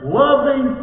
loving